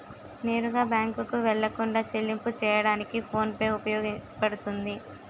నేరుగా బ్యాంకుకు వెళ్లకుండా చెల్లింపు చెయ్యడానికి ఫోన్ పే ఉపయోగపడుతుంది